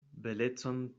belecon